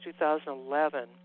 2011